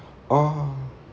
oh